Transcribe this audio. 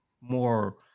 more